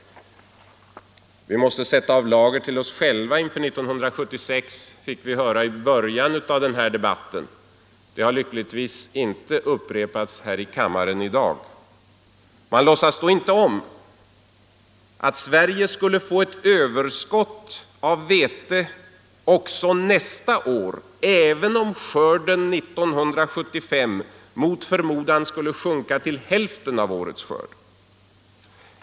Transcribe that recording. — Vi måste sätta av lager till oss själva inför 1976, fick vi höra i början av den här debatten; det har lyckligtvis inte upprepats här i kammaren i dag. Man låtsas då inte om att Sverige skulle få ett överskott av vete också nästa år, även om skörden 1975 mot förmodan skulle sjunka till hälften av årets skörd.